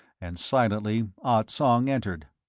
and silently ah tsong entered.